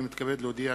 הנני מתכבד להודיע,